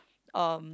um